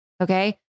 okay